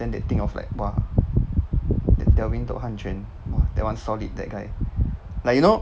then they think of like !wah! that delvin to han quan !wah! that one solid that guy like you know